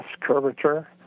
curvature